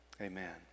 Amen